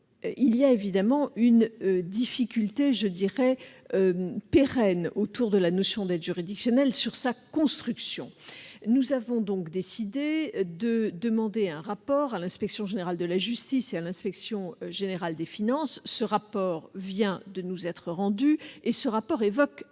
il y a évidemment une difficulté, que je qualifierai de pérenne, autour de la notion d'aide juridictionnelle, qui tient à sa construction. Nous avons donc décidé de demander un rapport à l'Inspection générale de la justice et à l'Inspection générale des finances. Ce rapport, qui vient de nous être rendu, évoque